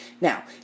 Now